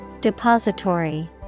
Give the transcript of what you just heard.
Depository